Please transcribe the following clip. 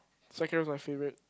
sa cram is my favourite